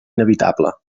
inevitable